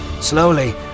Slowly